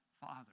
Father